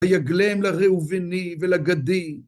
ויגלם לראובני ולגדי